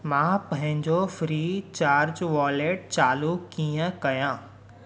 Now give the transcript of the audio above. मां पंहिंजो Freecharge wallet चालू कीअं कयां